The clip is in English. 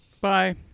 Bye